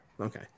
Okay